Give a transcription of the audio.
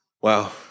Wow